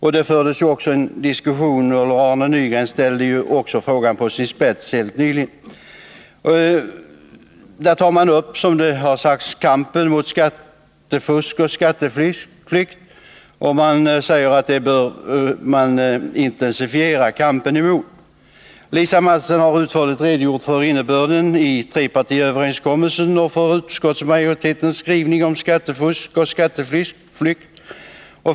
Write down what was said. Arne Nygren ställde också i sitt anförande den frågan på sin spets. I överenskommelsen tar man, som det har sagts, upp frågan om kampen mot skattefusk och skatteflykt. Det sägs att den kampen bör intensifieras. Lisa Mattson har utförligt redogjort för innebörden i trepartiöverenskommelsen och för utskottsmajoritetens skrivning om skattefusk och skatteflykt.